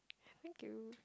thank you